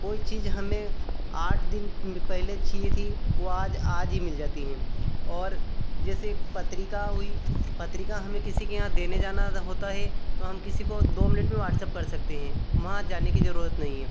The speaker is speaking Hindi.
कोई चीज हमें आठ दिन पहले चाहिए थी वो आज आज ही मिल जाती है और जैसे एक पत्रिका हुई पत्रिका हमें किसी के यहाँ देने जाना अगर होता है तो हम किसी को दो मिनट में वाट्सअप कर सकते हैं वहाँ जाने की जरूरत नहीं है